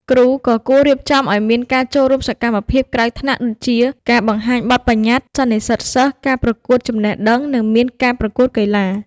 គ្រូក៏គួររៀបចំឱ្យមានការចូលរួមសកម្មភាពក្រៅថ្នាក់ដូចជា ការបង្ហាញបទបញ្ញត្តិ សន្និសីទសិស្ស ការប្រកួតចំណេះដឹង និងមានការប្រកួតកីឡា។